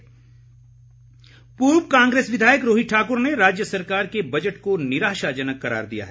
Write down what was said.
दूसरी ओर पूर्व कांग्रेस विधायक रोहित ठाकुर ने राज्य सरकार के बजट को निराशाजनक करार दिया है